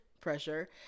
pressure